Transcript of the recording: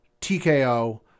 TKO